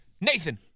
Nathan